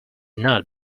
not